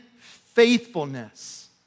faithfulness